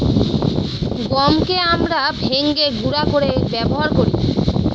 গমকে আমরা ভেঙে গুঁড়া করে ব্যবহার করি